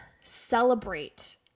celebrate